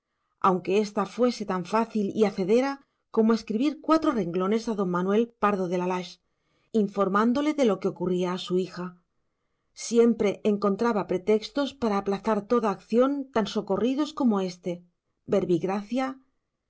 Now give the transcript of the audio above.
medida aunque ésta fuese tan fácil y hacedera como escribir cuatro renglones a don manuel pardo de la lage informándole de lo que ocurría a su hija siempre encontraba pretextos para aplazar toda acción tan socorridos como éste